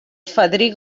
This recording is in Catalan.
fadrí